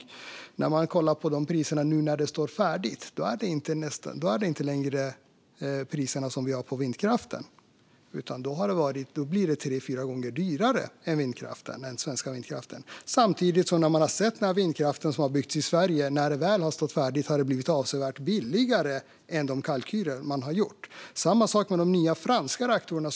När man tittar på priserna när reaktorn är färdig ser man att de inte är desamma som priserna för vindkraften. Då blir det tre fyra gånger dyrare än den svenska vindkraften. Samtidigt har vi sett att den vindkraft som har byggts i Sverige har blivit avsevärt billigare än kalkylerna. Det är samma sak med de nya franska reaktorerna.